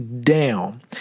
down